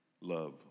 Love